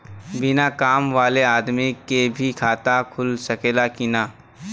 बिना काम वाले आदमी के भी खाता खुल सकेला की ना?